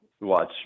watch